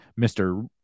Mr